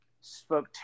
spoke